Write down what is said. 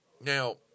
Now